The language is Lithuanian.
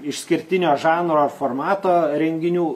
išskirtinio žanro formato renginių